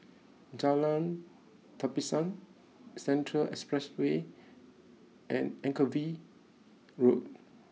Jalan Tapisan Central Expressway and Anchorvale Road